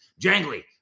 Jangly